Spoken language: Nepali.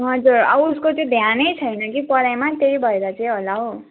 हजुर अब उसको चाहिँ ध्यानै छैन कि पढाइमा त्यही भएर चाहिँ होला हौ